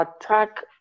attack